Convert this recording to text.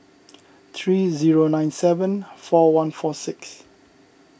three zero nine seven four one four six